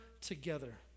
together